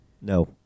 No